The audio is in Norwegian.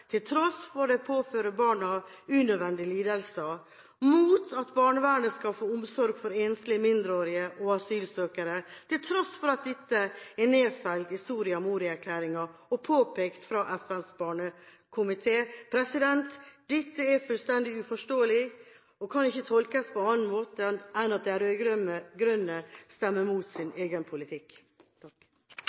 til tross for at det påfører barn unødvendige lidelser, mot at barnevernet skal få omsorg for enslige mindreårige asylsøkere – til tross for at dette er nedfelt i Soria Moria-erklæringen og påpekt av FNs barnekomité. Dette er fullstendig uforståelig og kan ikke tolkes på annen måte enn at de rød-grønne stemmer imot sin egen politikk.